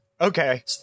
Okay